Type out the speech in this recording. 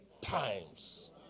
times